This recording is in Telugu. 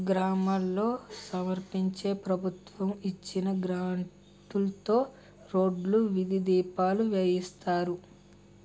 గ్రామాల్లో సర్పంచు ప్రభుత్వం ఇచ్చిన గ్రాంట్లుతో రోడ్లు, వీధి దీపాలు వేయిస్తారు